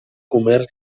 comerç